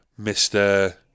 Mr